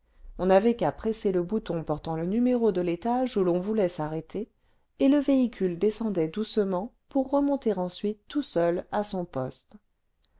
on n'avait qu'à presser le bouton portant le numéro de l'étage où l'on voulait le piano unique de paris a l'u sin e musicale s'arrêter et le véhicule descendait doucement pour remonter ensuite tout seul à son poste